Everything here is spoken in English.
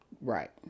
right